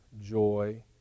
joy